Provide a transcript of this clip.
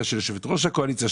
יושבת-ראש הקואליציה,